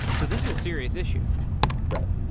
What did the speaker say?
so this is a serious issue right,